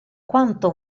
quanto